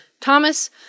Thomas